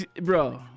bro